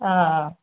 অ